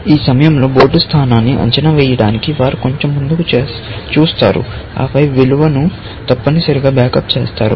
ఈ సమయంలో బోర్డు స్థానాన్ని అంచనా వేయడానికి వారు కొంచెం ముందుకు చూస్తారు ఆపై విలువను తప్పనిసరిగా బ్యాకప్ చేస్తారు